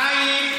חיים,